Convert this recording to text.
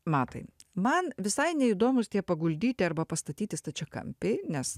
matai man visai neįdomūs tie paguldyti arba pastatyti stačiakampiai nes